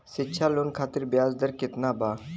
शिक्षा लोन खातिर ब्याज दर केतना बा?